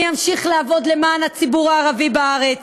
אני אמשיך לעבוד למען הציבור הערבי בארץ,